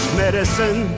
medicine